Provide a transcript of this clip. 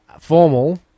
Formal